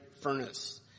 furnace